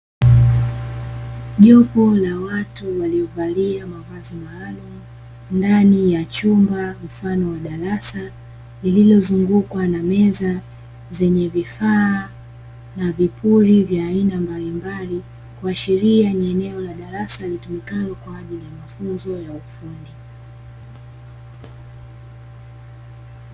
Jopo la watu waliovalia mavazi maalumu, ndani ya chumba mfano wa darasa, lililozungukwa na meza zenye vifaa na vipuri vya aina mbalimbali, kuashiria ni eneo la darasa litumikalo kwa ajili ya mafunzo ya ufundi.